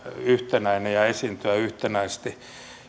yhtenäinen ja esiintyä yhtenäisesti